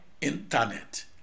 internet